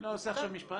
אני לא עושה עכשיו משפט.